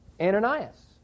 Ananias